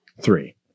Three